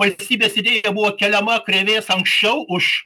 valstybės idėja buvo keliama krėvės anksčiau už